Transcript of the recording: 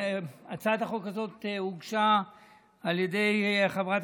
הצעת החוק הזאת הוגשה על ידי חברת